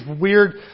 weird